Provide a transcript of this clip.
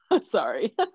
sorry